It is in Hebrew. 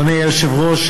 אדוני היושב-ראש,